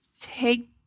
take